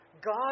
God